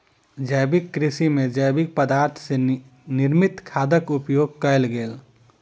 जैविक कृषि में जैविक पदार्थ सॅ निर्मित खादक उपयोग कयल गेल